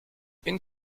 une